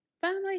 Family